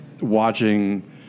watching